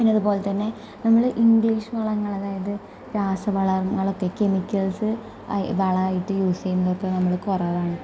പിന്നെ അതുപോലെ തന്നെ നമ്മൾ ഇംഗ്ലീഷ് വളങ്ങൾ അതായത് രാസ വളങ്ങളൊക്കെ കെമിക്കൽസ് വളമായിട്ട് നമ്മൾ കുറവാണ്